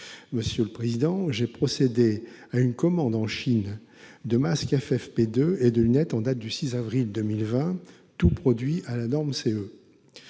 Monsieur le président, « J'ai procédé à une commande en Chine de masques FFP2 et de lunettes en date du 6 avril 2020, tous produits à la norme CE.